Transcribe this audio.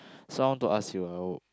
sound to us your